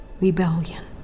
rebellion